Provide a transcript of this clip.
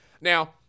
Now